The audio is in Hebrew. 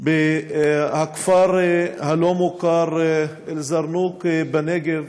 בכפר הלא-מוכר אל-זרנוג בנגב,